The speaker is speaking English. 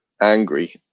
angry